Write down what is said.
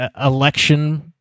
election